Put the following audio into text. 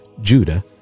Judah